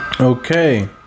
Okay